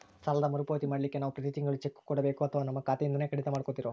ಸಾಲದ ಮರುಪಾವತಿ ಮಾಡ್ಲಿಕ್ಕೆ ನಾವು ಪ್ರತಿ ತಿಂಗಳು ಚೆಕ್ಕು ಕೊಡಬೇಕೋ ಅಥವಾ ನಮ್ಮ ಖಾತೆಯಿಂದನೆ ಕಡಿತ ಮಾಡ್ಕೊತಿರೋ?